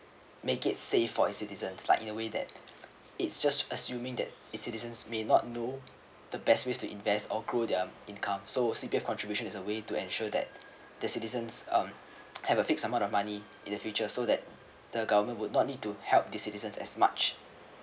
make it safe for its citizens like in a way that it's just assuming that its citizens may not know the best ways to invest or grow their income so C_P_F contribution is a way to ensure that the citizens um have a fixed amount of money in the future so that the government would not need to help these citizens as much